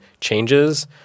changes